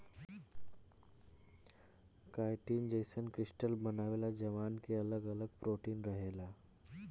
chitin जईसन crystal बनावेला जवना के अगल अगल प्रोटीन रहेला